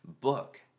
book